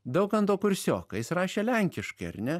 daukanto kursioką jis rašė lenkiškai ar ne